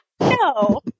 No